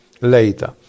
later